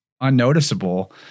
unnoticeable